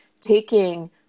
taking